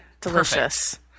delicious